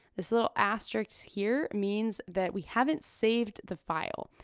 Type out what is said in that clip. this little asterisk here means that we haven't saved the file.